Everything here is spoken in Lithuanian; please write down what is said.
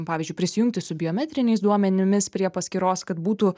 pavyzdžiui prisijungti su biometriniais duomenimis prie paskyros kad būtų